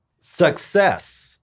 Success